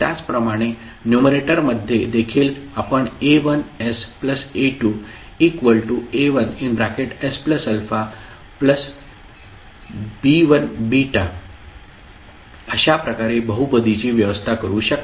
त्याचप्रमाणे न्युमरेटर मध्ये देखील आपण A1sA2A1sαB1 अशा प्रकारे बहुपदीची व्यवस्था करू शकता